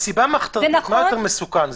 מה יותר מסוכן,